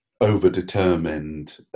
over-determined